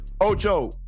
Ocho